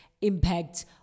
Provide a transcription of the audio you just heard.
impact